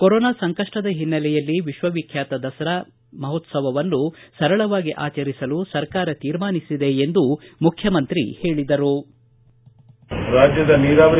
corona ಸಂಕಪ್ಪದ ಹಿನ್ನೆಲೆಯಲ್ಲಿ ವಿಶ್ವವಿಖ್ಯಾತ ಮೈಸೂರು ದಸರಾ ಮಹೋತ್ಸವವನ್ನು ಸರಳವಾಗಿ ಆಚರಿಸಲು ಸರ್ಕಾರ ತೀರ್ಮಾನಿಸಿದೆ ಎಂದು ಮುಖ್ಯಮಂತ್ರಿ ಹೇಳದರು